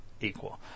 equal